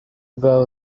bwawe